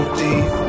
deep